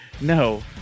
No